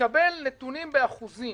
לקבל נתונים באחוזים